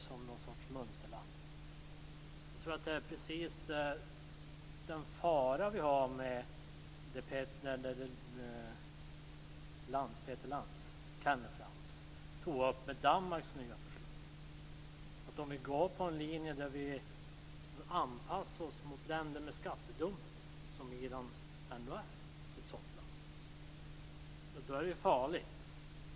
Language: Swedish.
Jag tror att det är farligt - precis som i den fråga som Kenneth Lantz tog upp om Danmark - att gå på en linje där vi anpassar oss mot länder med skattedumpning, som Irland.